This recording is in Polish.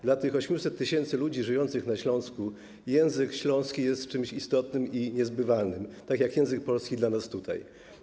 Dla tych 800 tys. ludzi żyjących na Śląsku język śląski jest czymś istotnym i niezbywalnym, tak jak język polski dla nas tutaj.